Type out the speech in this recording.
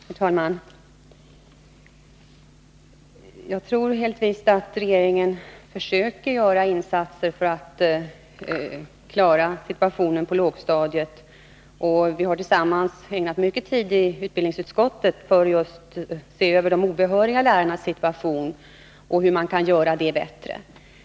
Herr talman! Jag tror helt visst att regeringen försöker göra insatser för att klara situationen på lågstadiet. Vi har tillsammans ägnat mycket tid i utbildningsutskottet åt att se över just de obehöriga lärarnas situation, se hur man kan göra den bättre.